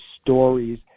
stories